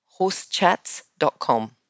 Horsechats.com